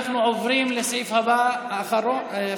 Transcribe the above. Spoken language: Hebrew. אנחנו עוברים לסעיף הבא בסדר-היום,